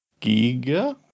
Giga